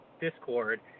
Discord